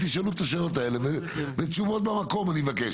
תשאלו את השאלות האלה ותשובות במקום אני אבקש.